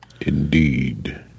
Indeed